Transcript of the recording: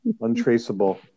untraceable